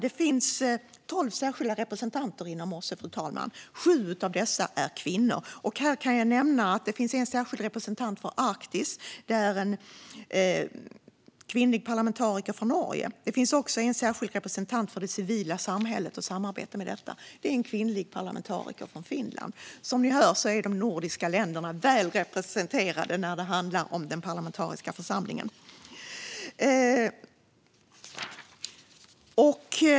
Det finns tolv särskilda representanter inom OSSE, fru talman. Sju av dessa är kvinnor. Här kan jag nämna att det finns en särskild representant för Arktis; det är en kvinnlig parlamentariker från Norge. Det finns också en särskild representant för det civila samhället och samarbete med det; det är en kvinnlig parlamentariker från Finland. Som ni hör är de nordiska länderna väl representerade när det handlar om den parlamentariska församlingen.